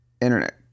Internet